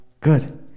good